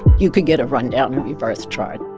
you could get a rundown of your birth chart.